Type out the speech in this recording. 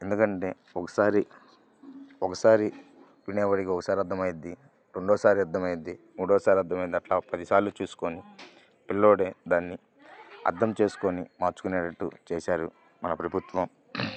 ఎందుకంటే ఒకసారి ఒకసారి వినేవాడికి ఒకసారి అర్థమవుతుంది రెండవసారి అర్థమవుతుంది మూడవసారి అర్థమవుతుంది అట్లా పదిసార్లు చూసుకుని పిల్లోడే దాన్ని అర్థం చేసుకుని మార్చుకునేటట్టు చేశారు మన ప్రభుత్వం